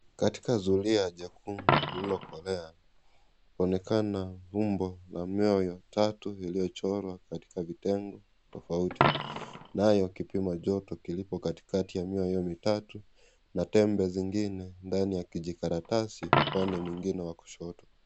Katika zulia jekundu lililokolea, kunaonekana umbo la miwa ya tatu iliyochorwa katika vitengo tofauti nayo kilpima joto kilimo katika ya miwa hiyo mitatu na tembe zingine ndani ya kijikaratasi ziko pande mwengine wa kushoto.